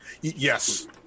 Yes